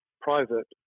private